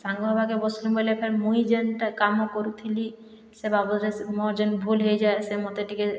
ସାଙ୍ଗ ହେବାକେ ବସିଲୁ ବୋଇଲେ ଫେର୍ ମୁଇଁ ଯେନ୍ଟା କାମ କରୁଥିଲି ସେ ବାବଦରେ ମୋର ଯେନ୍ ଭୁଲ ହୋଇଯାଏ ସେ ମୋତେ ଟିକେ